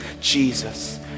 Jesus